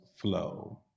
flow